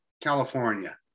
california